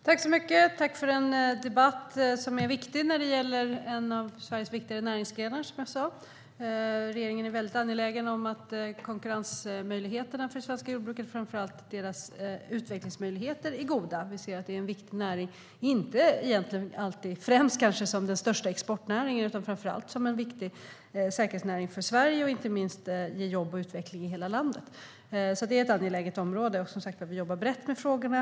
Fru talman! Jag tackar för en viktig debatt som gäller en av Sveriges viktigare näringsgrenar, som jag sa. Regeringen är väldigt angelägen om att konkurrensmöjligheterna för det svenska jordbruket och framför allt dess utvecklingsmöjligheter är goda. Vi ser att det är en viktig näring - kanske egentligen inte alltid främst som den största exportnäringen utan framför allt som en viktig säkerhetsnäring för Sverige. Inte minst ger den jobb och utveckling i hela landet. Det är alltså ett angeläget område, och vi jobbar som sagt brett med frågorna.